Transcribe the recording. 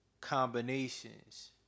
Combinations